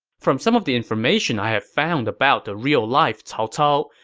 from some of the information i have found about the real-life cao cao,